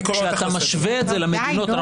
כשאתה משווה את זה למדינות,